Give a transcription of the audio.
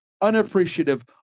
unappreciative